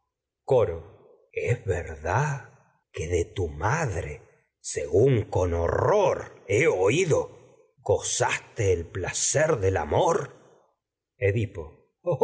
coro rror es verdad que de tu madre según con ho he oído gozaste el placer de amor edipo